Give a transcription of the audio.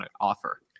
offer